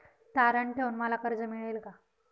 तारण ठेवून मला कर्ज मिळेल का?